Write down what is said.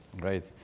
great